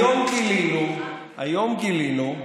היום גילינו,